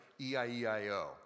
E-I-E-I-O